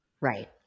Right